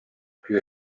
più